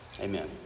Amen